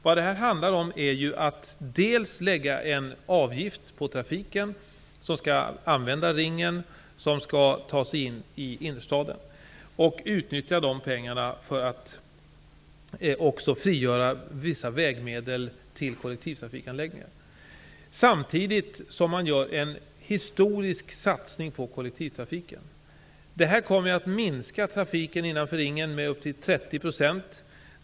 Vad det handlar om är att man lägger en avgift på den trafik som skall använda Ringen för att ta sig in i innerstaden, och man utnyttjar dessa pengar för att frigöra vissa vägmedel till kollektivtrafikanläggningar. Samtidigt gör man en historisk satsning på kollektivtrafiken. Det här kommer att minska trafiken innanför Ringen med upp till 30 %.